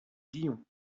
lyon